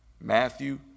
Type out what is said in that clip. matthew